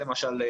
למשל,